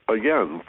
again